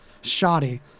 shoddy